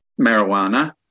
marijuana